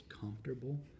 comfortable